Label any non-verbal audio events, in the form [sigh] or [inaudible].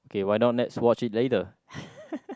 K why not let's watch it later [laughs]